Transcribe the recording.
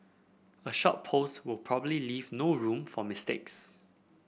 a short post will probably leave no room for mistakes